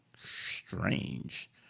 strange